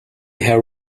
have